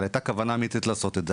אבל הייתה כוונה אמיתית לעשות את זה,